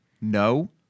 No